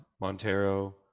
Montero